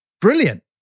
brilliant